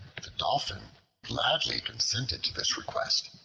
the dolphin gladly consented to this request.